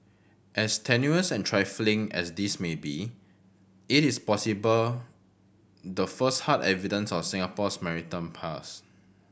as tenuous and trifling as this may be it is possible the first hard evidence of Singapore's maritime past